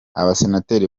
abasenateri